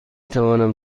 توانم